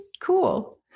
Cool